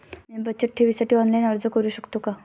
मी बचत ठेवीसाठी ऑनलाइन अर्ज करू शकतो का?